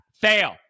fail